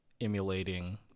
emulating